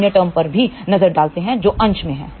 अन्य टर्म पर भी नजर डालते है जो अंश में हैं